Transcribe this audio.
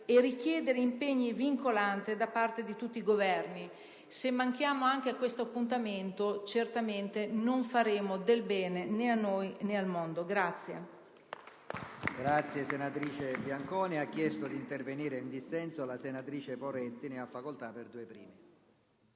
e richiedere impegni vincolanti da parte di tutti i Governi. Se manchiamo anche a questo appuntamento certamente non faremo del bene né a noi né al mondo.